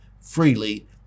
freely